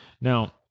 Now